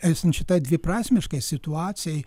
esant šitai dviprasmiškai situacijai